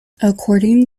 according